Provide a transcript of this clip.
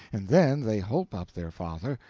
and then they holp up their father,